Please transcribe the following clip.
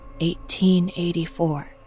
1884